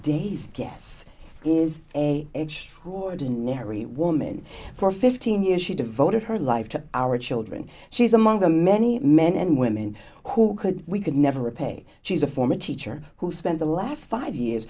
day's guess is a huge ordinary woman for fifteen years she devoted her life to our children she is among the many men and women who could we could never repay she's a former teacher who spent the last five years